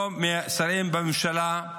לא משרים בממשלה,